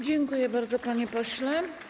Dziękuję bardzo, panie pośle.